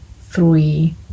three